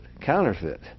counterfeit